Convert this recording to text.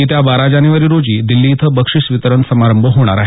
येत्या बारा जानेवारी रोजी नवी दिल्ली इथं बक्षिस वितरण संमारंभ होणार आहे